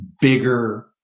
bigger